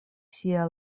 sia